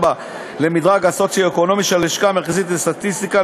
למדרג הסוציו-אקונומי של הלשכה המרכזית לסטטיסטיקה,